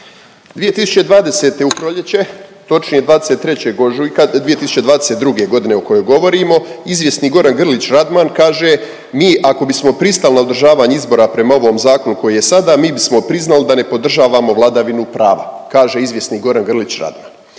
2020. u proljeće točnije 23. ožujka 2022. godine o kojoj govorimo izvjesni Goran Grlić Radman kaže mi ako bismo pristali na održavan je izbora prema ovom zakonu koji je sada mi bismo priznali da ne podržavamo vladavinu prava. Kaže izvjesni Goran Grlić Radman.